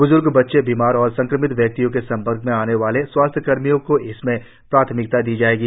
ब्ज़र्ग बच्चे बीमार और संक्रमित व्यक्तियों के संपर्क में आने वाले स्वास्थ्यकर्मियों को इसमें प्राथमिकता दी जाएगी